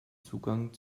zugang